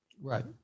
Right